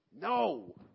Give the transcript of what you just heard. No